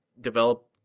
develop